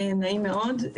נעים מאוד.